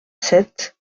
sept